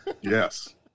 Yes